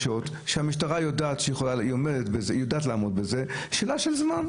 המשטרה יודעת לעמוד בזה, זה רק שאלה של זמן.